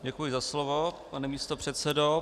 Děkuji za slovo, pane místopředsedo.